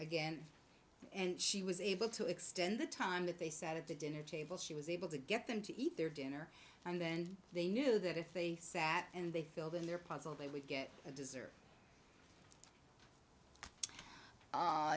again and she was able to extend the time that they sat at the dinner table she was able to get them to eat their dinner and then they knew that if they sat and they filled in their puzzle they would get a deser